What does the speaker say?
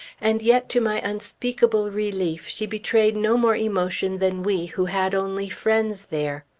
and yet to my unspeakable relief she betrayed no more emotion than we who had only friends there.